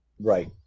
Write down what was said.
right